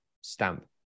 stamp